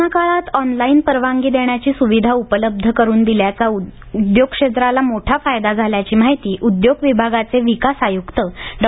corona काळात online परवानगी देण्याची सुविधा उपलब्ध करून दिल्याचा उद्योग क्षेत्राला मोठा फायदा झाल्याची माहिती उद्योग विभागाचे विकास आयुक्त डॉ